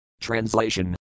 translation